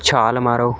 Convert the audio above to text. ਛਾਲ ਮਾਰੋ